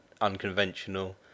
unconventional